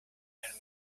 and